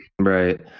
right